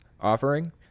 offering